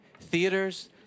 theaters